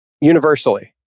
universally